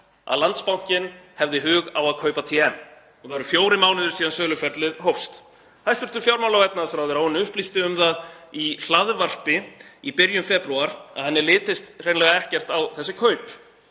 að Landsbankinn hefði hug á að kaupa TM og það eru fjórir mánuðir síðan söluferlið hófst. Hæstv. fjármála- og efnahagsráðherra upplýsti um það í hlaðvarpi í byrjun febrúar að henni litist hreinlega ekkert á þessi kaup.